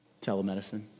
telemedicine